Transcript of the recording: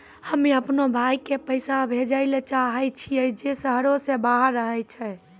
हम्मे अपनो भाय के पैसा भेजै ले चाहै छियै जे शहरो से बाहर रहै छै